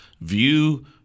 View